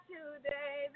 Today